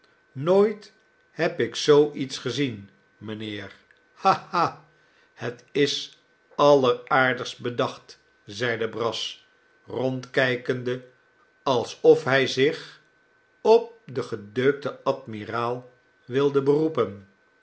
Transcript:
nooit heb ik zoo iets gezien mijnheer ha ha het is alleraardigst bedacht zeide brass rondkijkende alsof hij zich op den gedeukten admiraal wilde beroepen